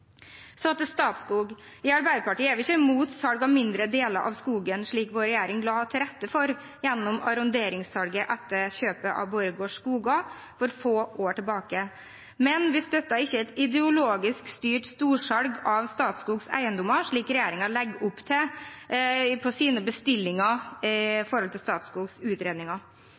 Så til Statskog. I Arbeiderpartiet er vi ikke imot salg av mindre deler av skogen, slik vår regjeringen la til rette for gjennom arronderingssalget etter kjøpet av Borregaard Skoger for få år tilbake. Men vi støtter ikke et ideologisk styrt storsalg av Statskogs eiendommer, slik regjeringen legger opp til i sine bestillinger